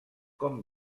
com